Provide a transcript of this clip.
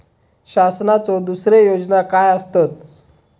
शासनाचो दुसरे योजना काय आसतत?